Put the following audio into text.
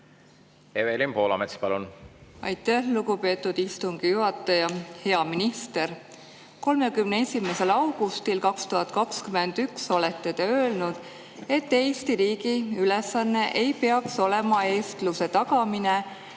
Evelin Poolamets, palun! Aitäh, lugupeetud istungi juhataja! Hea minister! 31. augustil 2021 olete te öelnud, et Eesti riigi ülesanne ei peaks olema eestluse tagamine